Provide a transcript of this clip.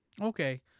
okay